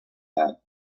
that